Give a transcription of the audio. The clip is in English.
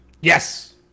Yes